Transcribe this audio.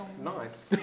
Nice